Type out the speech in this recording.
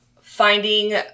finding